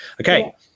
Okay